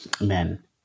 Amen